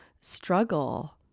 struggle